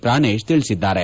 ಪ್ರಾಣೇಶ್ ತಿಳಿಸಿದ್ದಾರೆ